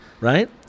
right